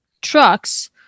trucks